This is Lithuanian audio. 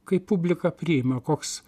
kaip publika priima koks